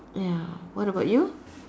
ya what about you